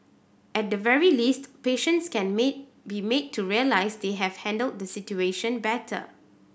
at the very least patients can made be made to realise they have handled the situation better